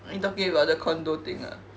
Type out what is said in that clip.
are you talking about the condo thing ah